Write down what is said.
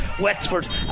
Wexford